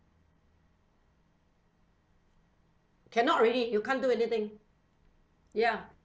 cannot already you can't do anything ya